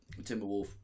Timberwolf